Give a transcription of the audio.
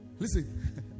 listen